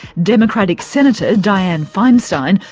democratic senator diane feinstein,